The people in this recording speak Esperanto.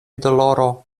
doloro